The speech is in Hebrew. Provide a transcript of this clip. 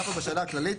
אנחנו בשאלה הכללית